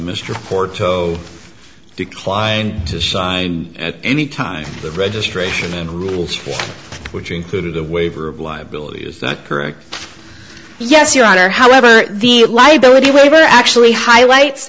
mr porto declined to sign any time the registration and rules for which included the waiver of liability is that correct yes your honor however the liability waiver actually highlights